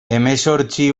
hemezortzi